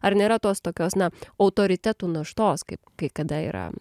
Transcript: ar nėra tos tokios na autoritetų naštos kaip kai kada yra